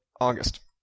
August